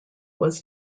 was